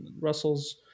Russell's